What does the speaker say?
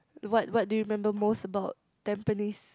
what what do you remember most about Tampines